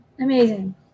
Amazing